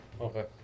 Okay